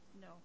No